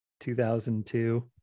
2002